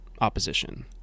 opposition